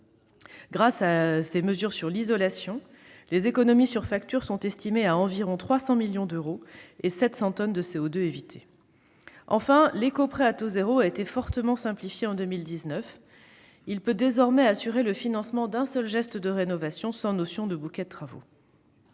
Grâce aux mesures sur l'isolation, les économies sont estimées à environ 300 millions d'euros sur les factures et 700 tonnes de CO2 évitées. Enfin, l'éco-prêt à taux zéro a été fortement simplifié en 2019 : il peut désormais assurer le financement d'un seul geste de rénovation sans notion de bouquet de travaux.